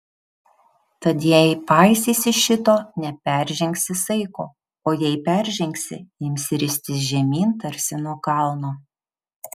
tad jei paisysi šito neperžengsi saiko o jei peržengsi imsi ristis žemyn tarsi nuo kalno